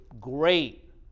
Great